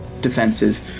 defenses